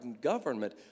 government